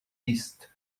ist